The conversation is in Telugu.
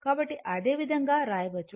కాబట్టి అదే విధంగా వ్రాయవచ్చు